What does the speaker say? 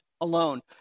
alone